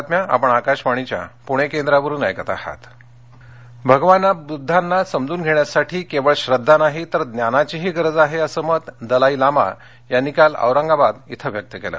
Dalai Lama भगवान बुद्धांना समजून घेण्यासाठी केवळ श्रद्धा नाही तर ज्ञानाचीही गरज आहे असं मत दलाई लामा यांनी कालऔरंगाबाद इथं व्यक्त केलं